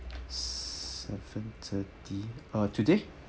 seven-thirty uh today